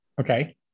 Okay